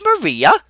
Maria